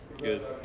Good